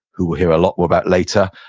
who we'll hear a lot more about later,